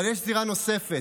אבל יש זירה נוספת,